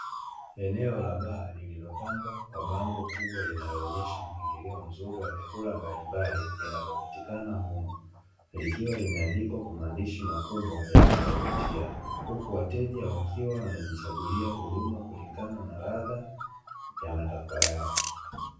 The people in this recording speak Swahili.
Eneo la baa lililopambwa kwa bango kubwa linaloonyesha mpangilio mzuri wa vyakula mbalimbali vinavyopatikana humo, likiwa limeandikwa kwa maandishi makubwa yanayovutia, Huku wateja wakiwa wanajichagulia huduma kulingana na ladha ya matakwa yao.